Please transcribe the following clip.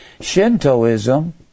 shintoism